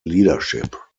leadership